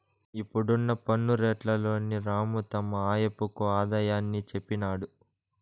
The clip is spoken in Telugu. ఇప్పుడున్న పన్ను రేట్లలోని రాము తమ ఆయప్పకు ఆదాయాన్ని చెప్పినాడు